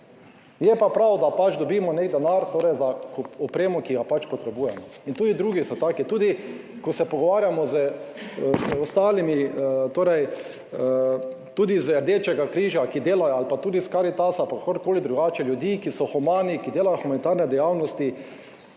Je pa prav, da dobimo nek denar, torej za opremo, ki jo potrebujemo in tudi drugi so taki, tudi ko se pogovarjamo z ostalimi, torej tudi z Rdečega križa, ki delajo ali pa tudi s Karitasa, pa kakorkoli drugače, ljudi, ki so humani, ki delajo humanitarne dejavnosti,